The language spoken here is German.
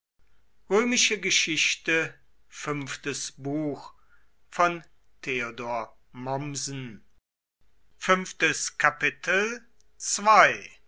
römische geschichte in